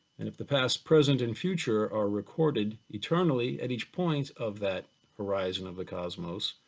and if the past, present, and future are recorded eternally at each point of that horizon of the cosmos,